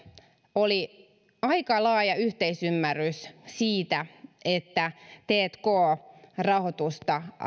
oli aika laaja yhteisymmärrys siitä että tk rahoitusta